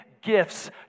gifts